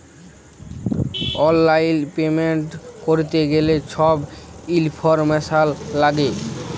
অললাইল পেমেল্ট ক্যরতে গ্যালে ছব ইলফরম্যাসল ল্যাগে